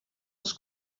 als